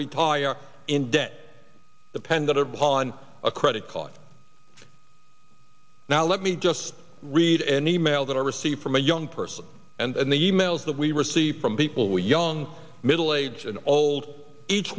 retire in debt dependent upon a credit card now let me just read an e mail that i received from a young person and the e mails that we received from people were young middle age and old each